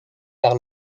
par